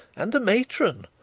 and a matron.